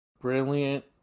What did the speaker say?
brilliant